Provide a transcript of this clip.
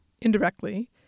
indirectly